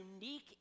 unique